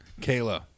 Kayla